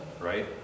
right